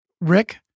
Rick